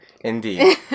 Indeed